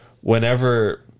whenever